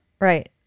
Right